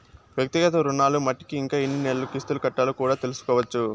వ్యక్తిగత రుణాలు మట్టికి ఇంకా ఎన్ని నెలలు కిస్తులు కట్టాలో కూడా తెల్సుకోవచ్చు